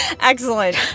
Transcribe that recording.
Excellent